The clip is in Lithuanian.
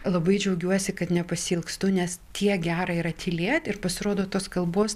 labai džiaugiuosi kad nepasiilgstu nes tiek gera yra tylėt ir pasirodo tos kalbos